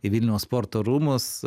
į vilniaus sporto rūmus